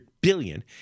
billion